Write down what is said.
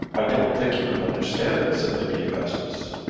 i don't think you can understand it, said lady augustus.